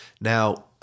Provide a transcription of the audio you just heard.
Now